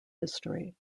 history